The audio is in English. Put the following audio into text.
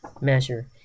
measure